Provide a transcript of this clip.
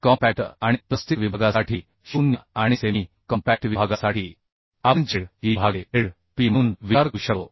compact आणि plastic विभागासाठी 0 आणि सेमी कॉम्पॅक्ट विभागासाठी आपण Z e भागिले Z p म्हणून विचार करू शकतो